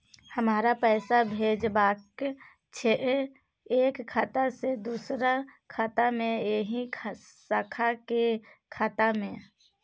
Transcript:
हमरा पैसा भेजबाक छै एक खाता से दोसर खाता मे एहि शाखा के खाता मे?